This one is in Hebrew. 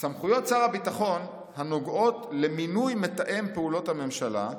"סמכויות שר הביטחון הנוגעות למינוי מתאם פעולות הממשלה,